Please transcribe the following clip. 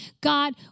God